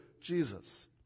Jesus